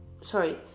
sorry